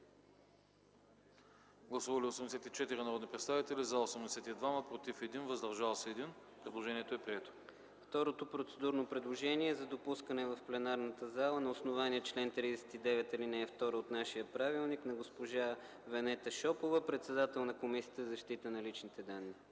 Гласували 84 народни представители: за 82, против 1, въздържал се 1. Предложението е прието. ДОКЛАДЧИК КРАСИМИР ЦИПОВ: Второто процедурно предложение е за допускане в пленарната зала на основание на чл. 39, ал. 2 от нашия правилник, на госпожа Венета Шопова, председател на Комисията за защита на личните данни.